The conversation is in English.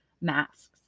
masks